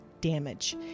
damage